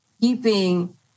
keeping